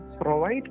provide